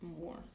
More